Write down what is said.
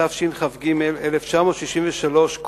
התשכ"ג 1963,